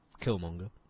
Killmonger